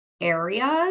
areas